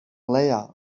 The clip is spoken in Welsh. leiaf